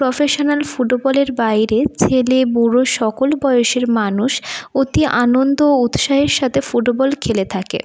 professional ফুটবলের বাইরে ছেলে বুড়ো সকল বয়সের মানুষ অতি আনন্দ ও উৎসাহের সাথে ফুটবল খেলে থাকে